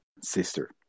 sister